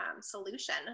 solution